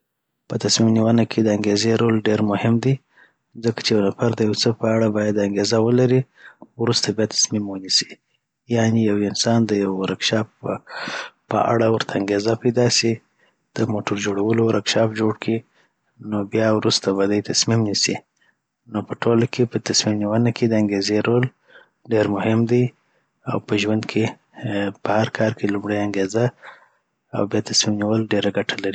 په تصمیم نیونه کي د انګیزې رول ډیر مهم دی ځکه چی یو نفر د یوڅه په اړه باید انګېزه ولري وروسته بیا تصمیم ونيسي یعنی که یو انسان د یو ورکشاپ په اړه ورته انګېزه پیدا سي د موټرو جوړولو ورکشاپ جوړ کي نو بیا وروسته به دي تصمیم نیسي. نو په ټوله کي په تصمیم نیونه کي د انګېزې رول ډیر مهم دي او په ژوند کی په هرکار کی لومړي انګیزه اوبیاتصمیم نیول ډیره ګټه لری